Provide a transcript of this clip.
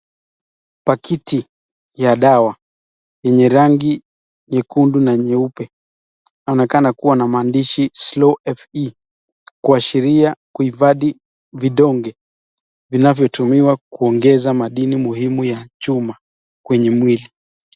Pakiti ya dawa yenye rangi nyekundu na nyeupe inaonekana kuwa na maandishi slow fe kuashiria kuihifadhi vidonge vinavyotumiwa kuongeza madini muhimu ya chuma kwenye mwilini.